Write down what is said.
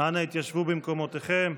אנא התיישבו במקומותיכם.